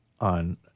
on